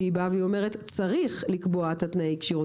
שבאה ואומרת שצריך לקבוע את תנאי הכשירות.